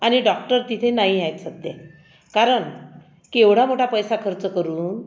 आणि डॉक्टर तिथे नाही आहेत सध्या कारण केवढा मोठा पैसा खर्च करून